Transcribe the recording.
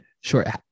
Sure